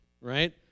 right